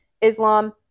islam